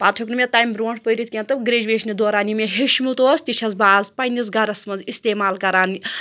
پَتہٕ ہیوٚک نہٕ مےٚ تَمہِ برٛونٛٹھ پٔرِتھ کینٛہہ تہٕ گرٛیجویشنہِ دوران یہِ مےٚ ہیٚچھمُت اوس تہِ چھَس بہٕ آز پنٛنِس گَرَس منٛز اِستعمال کَران